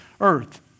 earth